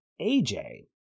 AJ